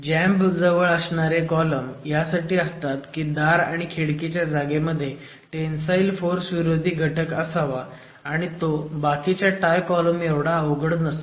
jamb जवळ असणरे column ह्यासाठी असतात की दार किंवा खिडकीच्या जागेमध्ये टेंसाईल फोर्सविरोधी घटक असावा आणि तो बाकीच्या टाय कॉलम एवढा अवघड नसतो